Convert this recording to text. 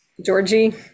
Georgie